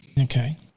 Okay